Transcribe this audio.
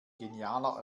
genialer